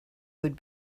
would